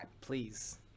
please